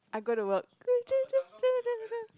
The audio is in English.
I go to work